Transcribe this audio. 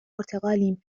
پرتغالیم